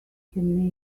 can